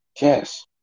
Yes